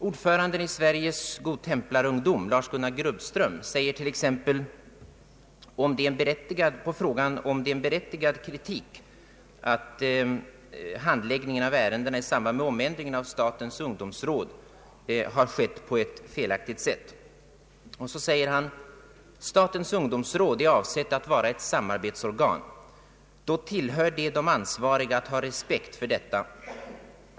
Ordföranden i Sveriges Godtemplarungdom, Lars-Gunnar Grubbström, svarar t.ex. på frågan om det är en berättigad kritik att handläggningen av ärendena i samband med omändringen av statens ungdomsråd har skett på ett felaktigt sätt. Han fortsätter: ”Statens ungdomsråd är avsett att vara ett samarbetsorgan. Då tillhör det de ansvariga att ha respekt för detta.